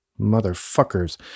Motherfuckers